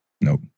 Nope